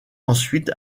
ensuite